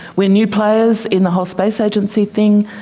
we are new players in the whole space agency thing,